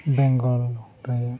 ᱵᱮᱝᱜᱚᱞ ᱨᱮ